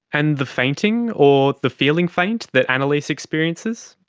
and the fainting or the feeling faint that annaleise experiences?